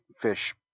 fish